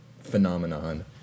phenomenon